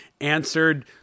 answered